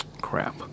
crap